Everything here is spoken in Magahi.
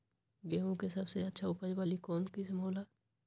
गेंहू के सबसे अच्छा उपज वाली कौन किस्म हो ला?